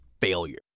failure